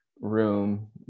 room